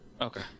okay